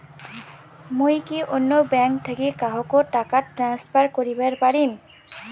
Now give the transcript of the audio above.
মুই কি অন্য ব্যাঙ্ক থাকি কাহকো টাকা ট্রান্সফার করিবার পারিম?